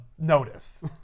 notice